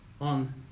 on